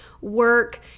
work